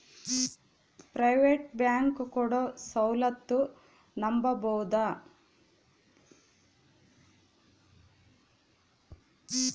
Private bank ಕೊಡೊ ಸೌಲತ್ತು ನಂಬಬೋದ?